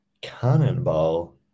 Cannonball